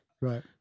Right